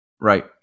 Right